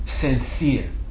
sincere